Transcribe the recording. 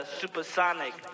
supersonic